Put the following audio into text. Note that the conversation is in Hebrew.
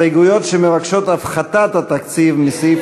הסתייגויות שמבקשות הפחתת התקציב מסעיף